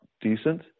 decent